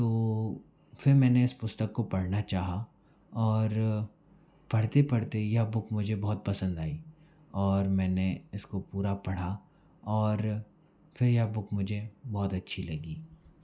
तो फिर मैंने इस पुस्तक को पढ़ना चाहा और पढ़ते पढ़ते यह बुक मुझे बहुत पसंद आई और मैंने इसको पूरा पढ़ा और फिर यह बुक मुझे बहुत अच्छी लगी